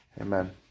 Amen